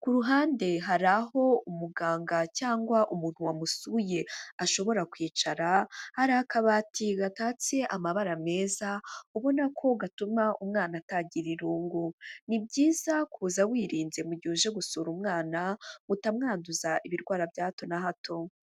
ku ruhande hari aho umuganga cyangwa umuntu wamusuye ashobora kwicara, hari akabati gatatse amabara meza, ubona ko gatuma umwana atagira irungu, ni byiza kuza wirinze mu gihe uje gusura umwana ngo utamwanduza ibirwara bya hato na hato.